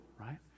right